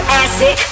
acid